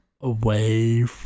away